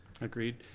Agreed